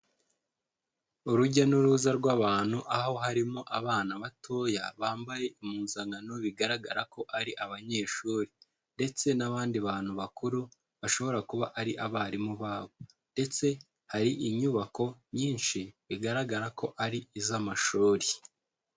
Urujya n'uruza rw'abantu aho harimo abana batoya bambaye impuzankano bigaragara ko ari abanyeshuri, ndetse n'abandi bantu bakuru bashobora kuba ari abarimu babo ndetse hari inyubako nyinshi bigaragara ko ari iz'amashuri.